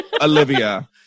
Olivia